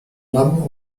lamm